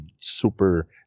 super